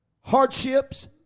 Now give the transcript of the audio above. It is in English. hardships